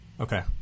Okay